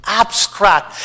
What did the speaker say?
abstract